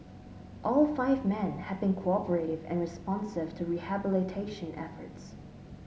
all five men had been cooperative and responsive to rehabilitation efforts